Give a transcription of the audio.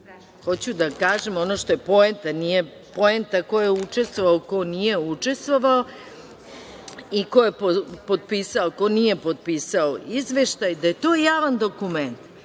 da kažem ono što je poenta, nije poenta ko je učestvovao, ko nije učestvovao i ko je potpisao, ko nije potpisao izveštaj, da je to javan dokument.